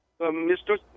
Mr